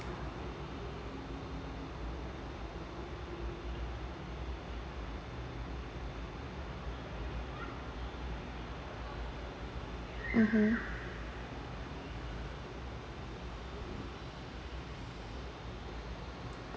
mmhmm